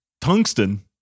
Tungsten